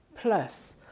Plus